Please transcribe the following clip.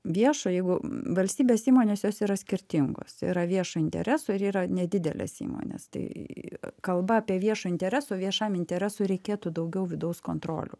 viešo jeigu valstybės įmonės jos yra skirtingos yra viešo intereso ir yra nedidelės įmonės tai kalba apie viešo intereso viešam interesui reikėtų daugiau vidaus kontrolių